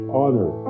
honor